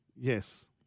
Yes